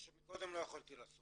מה שמקודם לא יכולתי לעשות.